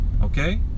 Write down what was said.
Okay